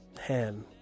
hand